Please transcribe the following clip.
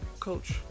Coach